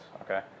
Okay